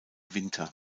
winter